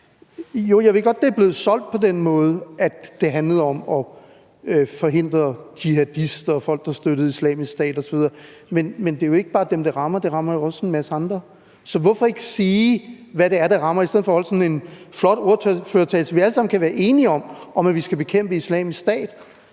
Jo, jeg ved godt, det er blevet solgt på den måde, altså at det handler om at forhindre jihadister og folk, der støtter Islamisk Stat, osv. Men det er jo ikke bare dem, det rammer – det rammer jo også en masse andre. Så hvorfor ikke sige, hvad det er, det rammer, i stedet for at holde sådan en flot ordførertale, som vi alle sammen kan være enige i, nemlig at vi skal bekæmpe Islamisk Stat?